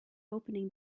opening